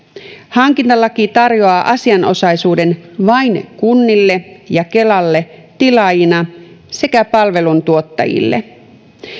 hankintalaki tarjoaa asianosaisuuden vain kunnille ja kelalle tilaajina sekä palvelun tuottajille